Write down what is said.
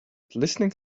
listening